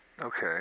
Okay